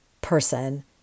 person